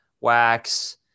Wax